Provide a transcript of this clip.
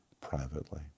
privately